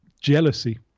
jealousy